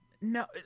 No